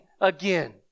again